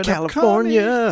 California